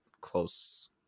close